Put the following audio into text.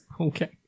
Okay